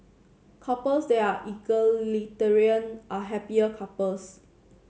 couples that are egalitarian are happier couples